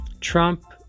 Trump